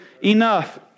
enough